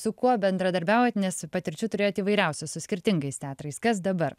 su kuo bendradarbiaujat nes patirčių turėjot įvairiausių su skirtingais teatrais kas dabar